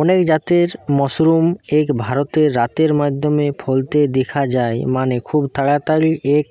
অনেক জাতের মাশরুমই এক রাতের মধ্যেই ফলতে দিখা যায় মানে, খুব তাড়াতাড়ি এর